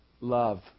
Love